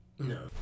No